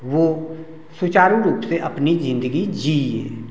वो सुचारू रूप से अपनी जिंदगी जीए